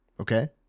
Okay